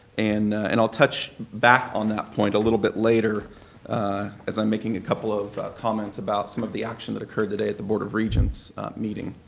and and i'll touch back on that point a little bit later as i'm making a couple of comments about some of the action that occurred today at the board of regents meeting.